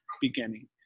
beginning